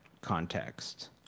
context